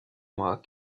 mois